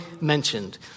mentioned